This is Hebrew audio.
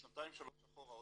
שנתיים-שלוש אחורה,